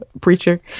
preacher